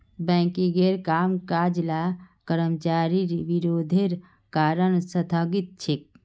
बैंकिंगेर कामकाज ला कर्मचारिर विरोधेर कारण स्थगित छेक